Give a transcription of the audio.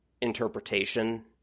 interpretation